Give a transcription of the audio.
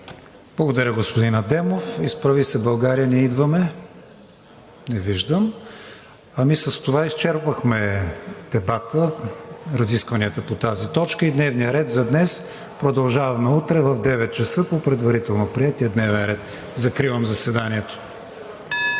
Благодаря, господин Адемов. От „Изправи се, България! Ние идваме“? Не виждам желаещи. С това изчерпахме дебата, разискванията по тази точка и дневния ред за днес. Продължаваме утре в 9,00 ч. по предварително приетия дневен ред. Закривам заседанието.